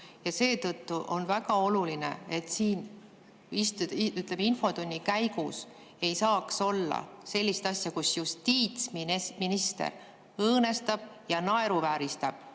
ja seetõttu on väga oluline, et siin infotunni käigus ei saaks olla sellist asja, et justiitsminister õõnestab ja naeruvääristab